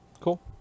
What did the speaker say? Cool